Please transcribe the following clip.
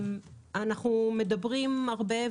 אנחנו מדברים הרבה,